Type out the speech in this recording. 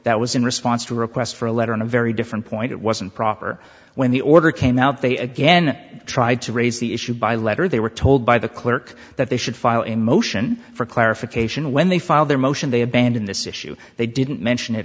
that was in response to a request for a letter in a very different point it wasn't proper when the order came out they again tried to raise the issue by letter they were told by the clerk that they should file a motion for clarification when they filed their motion they abandon this issue they didn't mention it